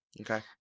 Okay